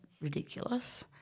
ridiculous